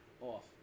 off